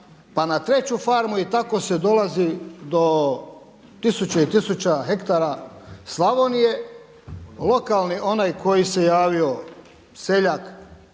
pa na treću farmu i tako se dolazi do tisuća i tisuća hektara Slavonije. Lokalni onaj koji se javio seljak on ne